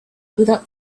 without